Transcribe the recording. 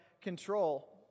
control